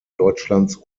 deutschlands